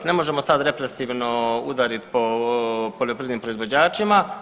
Ne možemo sada represivno udarit po poljoprivrednim proizvođačima.